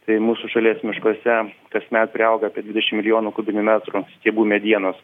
tai mūsų šalies miškuose kasmet priauga apie dvidešim milijonų kubinių metrų stiebų medienos